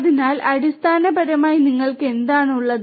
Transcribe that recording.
അതിനാൽ അടിസ്ഥാനപരമായി നിങ്ങൾക്ക് എന്താണ് ഉള്ളത്